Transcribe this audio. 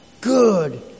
good